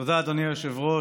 תודה, אדוני היושב-ראש.